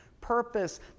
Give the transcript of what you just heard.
purpose